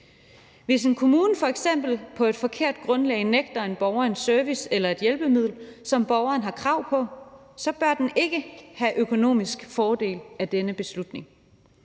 Hvis en kommune f.eks. på et forkert grundlag nægter en borger en service eller et hjælpemiddel, som borgeren har krav på, bør den ikke have økonomisk fordel af denne beslutning.